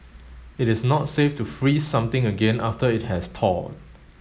it is not safe to freeze something again after it has thawed